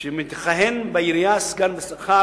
כשמכהן בעירייה סגן בשכר,